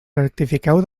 rectifiqueu